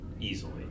easily